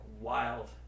wild